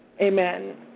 Amen